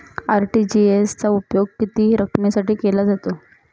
RTGS चा उपयोग किती रकमेसाठी केला जातो?